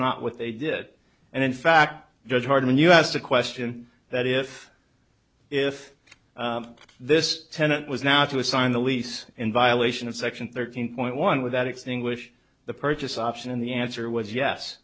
not what they did and in fact it was hard when you asked a question that if if this tenant was now to assign the lease in violation of section thirteen point one with that extinguish the purchase option and the answer was yes